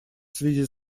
связи